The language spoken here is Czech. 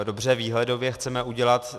Dobře, výhledově chceme udělat...